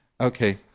Okay